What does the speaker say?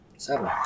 Seven